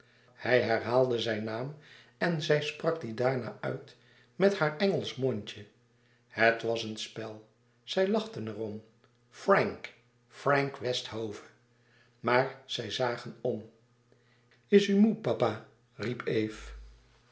hij herhaalde zijn naam en zij sprak dien daarna uit met haar engelsch mondje het was een spel zij lachten er om frànk frank westhove maar zij zagen om is u moê papa riep eve